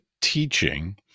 teaching